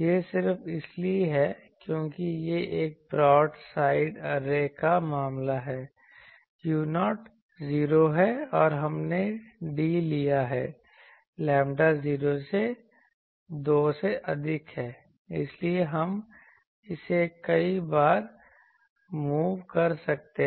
यह सिर्फ इसलिए है क्योंकि यह एक ब्रॉड साइड ऐरे का मामला है u0 0 है और हमने d लिया है लैम्ब्डा 0 से 2 से अधिक है इसलिए हम इसे कई बार मूव कर सकते हैं